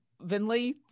vinley